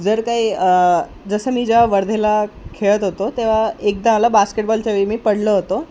नजर काही जसं मी जेवा वर्धेला खेळत होतो तेव्हा एकदा आला बास्केटबॉलच्या वेळी मी पडलो होतो